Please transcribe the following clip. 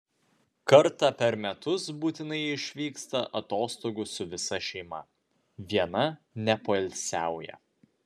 kartą per metus būtinai išvyksta atostogų su visa šeima viena nepoilsiauja